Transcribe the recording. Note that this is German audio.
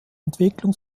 entwicklung